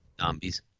Zombies